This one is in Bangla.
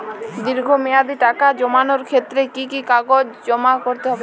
দীর্ঘ মেয়াদি টাকা জমানোর ক্ষেত্রে কি কি কাগজ জমা করতে হবে?